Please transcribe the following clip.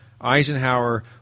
Eisenhower